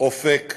אופק